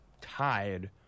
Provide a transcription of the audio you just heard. tied